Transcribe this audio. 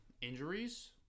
injuries